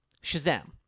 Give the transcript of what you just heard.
Shazam